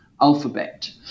alphabet